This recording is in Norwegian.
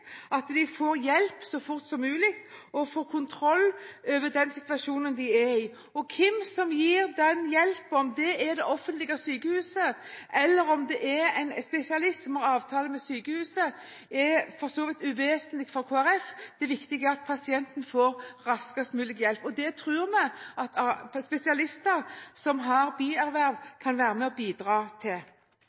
at de får hjelp så fort som mulig, og at en får kontroll over den situasjonen de er i. Hvem som gir den hjelpen – om det er et offentlig sykehus eller en spesialist som har en avtale med sykehuset – er for så vidt uvesentlig for Kristelig Folkeparti. Det viktige er at pasienten får raskest mulig hjelp. Det tror vi at spesialister som har bierverv, kan være med og bidra til.